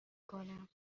کنم